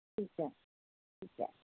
ਠੀਕ ਹੈ ਠੀਕ ਹੈ